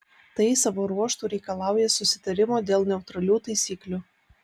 tai savo ruožtu reikalauja susitarimo dėl neutralių taisyklių